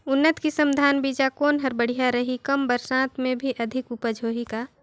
उन्नत किसम धान बीजा कौन हर बढ़िया रही? कम बरसात मे भी अधिक उपज होही का?